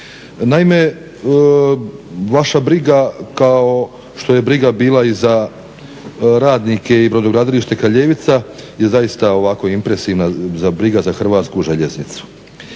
Naime, vaša briga kao što je briga bila i za radnike i brodogradilište Kraljevica je zaista ovako impresivna, briga za Hrvatsku željeznicu.